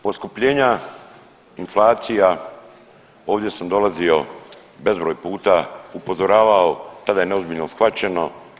Poskupljenja, inflacija ovdje sam dolazio bezbroj puta, upozoravao, tada je neozbiljno shvaćeno.